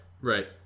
right